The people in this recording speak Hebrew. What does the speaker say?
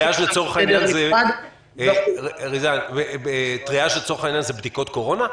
טריאז', לצורך העניין, זה בדיקות קורונה?